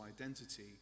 identity